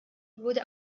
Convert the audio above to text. wurde